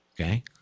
okay